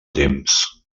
temps